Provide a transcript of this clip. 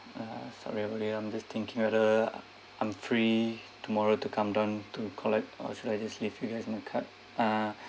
uh sorry I'm really I'm just thinking whether I'm free tomorrow to come down to collect or should I just leave you guys my card ah